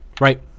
Right